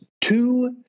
two